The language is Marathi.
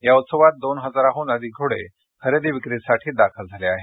या उत्सवात दोन हजारांडून अधिक घोडे खरेदी विक्री साठी दाखल झाले आहे